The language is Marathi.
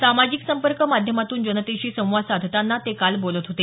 सामाजिक संपर्क माध्यमातून जनतेशी संवाद साधताना ते काल बोलत होते